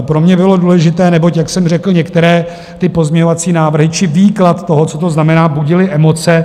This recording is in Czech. Pro mě bylo důležité, neboť, jak jsem řekl, některé ty pozměňovací návrhy či výklad toho, co to znamená, budily emoce.